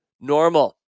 normal